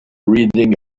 reading